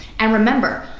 and remember,